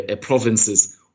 provinces